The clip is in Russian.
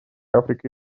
африка